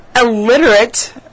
illiterate